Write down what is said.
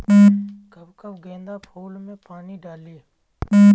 कब कब गेंदा फुल में पानी डाली?